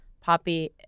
Poppy